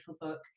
book